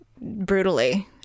brutally